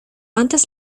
antes